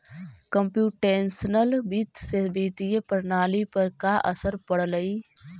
computational वित्त से वित्तीय प्रणाली पर का असर पड़लइ